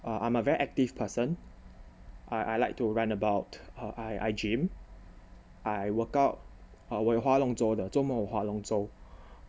I'm a very active person I I like to run about uh I gym I workout uh 我有划龙舟的周末我划龙舟